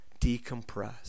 decompress